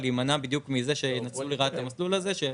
להימנע בדיוק מזה שינצלו לרעה את המסלול הזה.